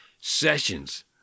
sessions